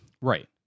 Right